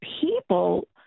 people